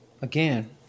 Again